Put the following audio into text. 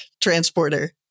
transporter